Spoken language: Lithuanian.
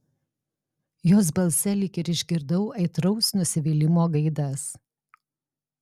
jos balse lyg ir išgirdau aitraus nusivylimo gaidas